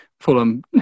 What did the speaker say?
Fulham